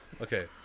Okay